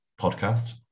podcast